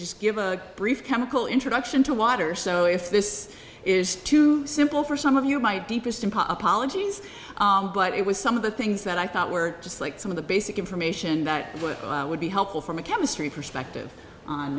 just give a brief chemical introduction to water so if this is too simple for some of you my deepest in pop ologies but it was some of the things that i thought were just like some of the basic information that what i would be helpful from a chemistry perspective on